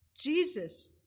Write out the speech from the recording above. Jesus